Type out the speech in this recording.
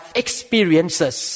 experiences